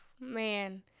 man